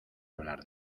hablar